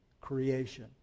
creation